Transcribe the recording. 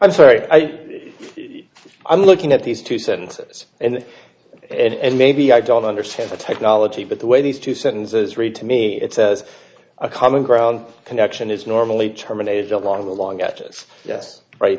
i'm sorry i'm looking at these two sentences and and maybe i don't understand the technology but the way these two sentences read to me it says a common ground connection is normally terminated along a long after yes right